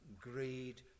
greed